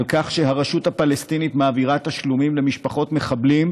על כך שהרשות הפלסטינית מעבירה תשלומים למשפחות מחבלים,